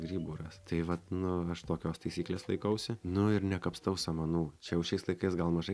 grybų ras tai vat nu aš tokios taisyklės laikausi nu ir nekapstau samanų čia jau šiais laikais gal mažai